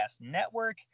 Network